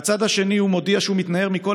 ומהצד השני מודיע שהוא מתנער מכל